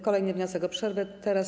Kolejny wniosek o przerwę.